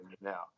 now